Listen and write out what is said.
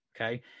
Okay